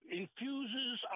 infuses